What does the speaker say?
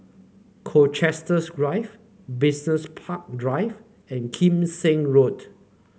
Colchester Grove Business Park Drive and Kim Seng Road